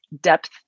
depth